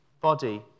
body